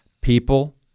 People